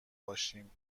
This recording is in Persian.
باشیم